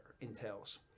entails